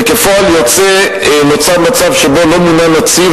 וכפועל יוצא נוצר מצב שלא מונה נציב,